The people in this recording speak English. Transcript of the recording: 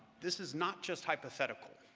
this is not just hypothetical.